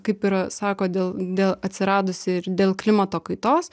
kaip ir sako dėl dėl atsiradusi ir dėl klimato kaitos